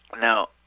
Now